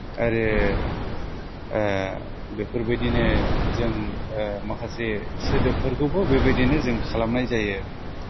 आरो बेफोरबायदिनो जों माखासे सोदोबफोरखौबो बेबादिनो जों खालामनाय जायो